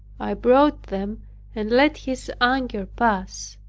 i brought them and let his anger pass